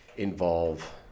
involve